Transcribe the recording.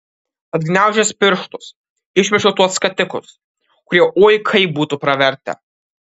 atgniaužęs pirštus išmečiau tuos skatikus kurie oi kaip būtų pravertę